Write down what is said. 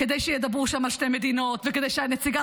כדי שידברו שם על שתי מדינות וכדי שנציגת